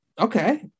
okay